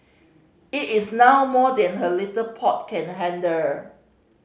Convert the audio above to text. it is now more than her little pot can handle